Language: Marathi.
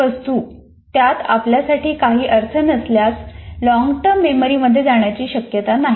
तीच वस्तू त्यात आपल्यासाठी काही अर्थ नसल्यास लॉन्गटर्म मेमरीमध्ये जाण्याची शक्यता नाही